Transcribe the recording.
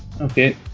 Okay